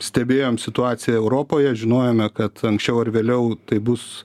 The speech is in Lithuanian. stebėjom situaciją europoje žinojome kad anksčiau ar vėliau tai bus